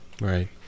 right